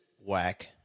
Whack